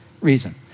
reason